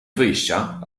wyjścia